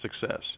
success